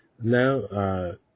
No